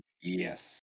Yes